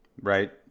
right